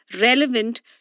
relevant